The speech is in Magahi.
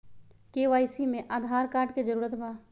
के.वाई.सी में आधार कार्ड के जरूरत बा?